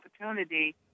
opportunity